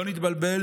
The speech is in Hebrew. לא נתבלבל,